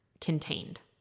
contained